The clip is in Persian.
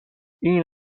این